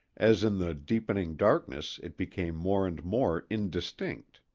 as in the deepening darkness it became more and more indistinct.